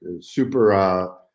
super